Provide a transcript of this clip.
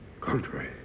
country